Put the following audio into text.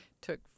took